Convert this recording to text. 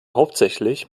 hauptsächlich